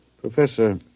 Professor